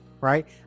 Right